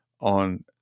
on